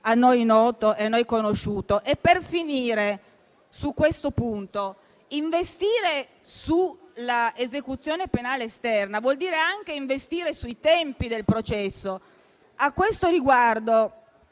termine a noi noto. Per finire, su questo punto, investire sull'esecuzione penale esterna vuol dire anche investire sui tempi del processo. A tal riguardo,